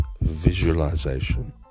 Visualization